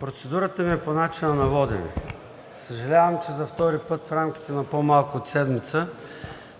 процедурата ми е по начина на водене. Съжалявам, че за втори път в рамките на по-малко от седмица